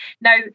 Now